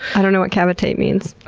i don't know what cavitate means.